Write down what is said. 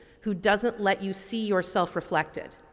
who doesn't let you see yourself reflected.